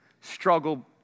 struggle